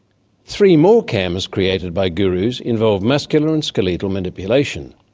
three more cams created by gurus involved muscular and skeletal manipulation.